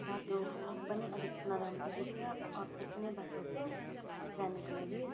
बाटो पनि अलिक नराम्रो रहेछ अर्को कुनै बाटो छ जानको लागि